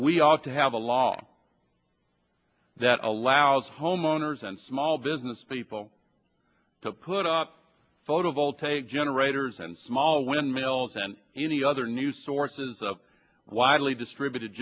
we ought to have a law that allows homeowners and small business people put up photovoltaic generators and small windmills and any other new sources of widely distributed